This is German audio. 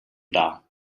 dar